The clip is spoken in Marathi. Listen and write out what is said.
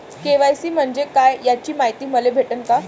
के.वाय.सी म्हंजे काय याची मायती मले भेटन का?